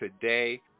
today